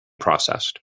processed